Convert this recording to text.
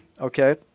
okay